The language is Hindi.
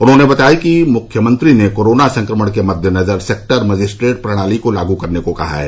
उन्होंने बताया कि मुख्यमंत्री ने कोरोना संक्रमण के मददेनजर सेक्टर मजिस्ट्रेट प्रणाली को लाग करने को कहा है